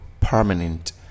permanent